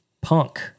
punk